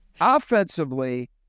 Offensively